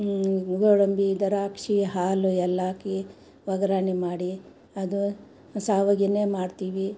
ಗೋಡಂಬಿ ದ್ರಾಕ್ಷಿ ಹಾಲು ಎಲ್ಲ ಹಾಕಿ ಒಗ್ರಣೆ ಮಾಡಿ ಅದು ಶಾವ್ಗೇನೇ ಮಾಡ್ತೀವಿ